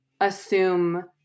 assume